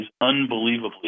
unbelievably